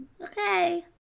okay